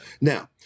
now